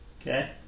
okay